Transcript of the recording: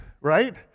right